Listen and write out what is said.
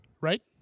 right